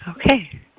Okay